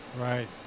Right